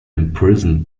imprisoned